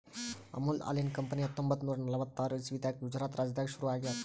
ಅಮುಲ್ ಹಾಲಿನ್ ಕಂಪನಿ ಹತ್ತೊಂಬತ್ತ್ ನೂರಾ ನಲ್ವತ್ತಾರ್ ಇಸವಿದಾಗ್ ಗುಜರಾತ್ ರಾಜ್ಯದಾಗ್ ಶುರು ಆಗ್ಯಾದ್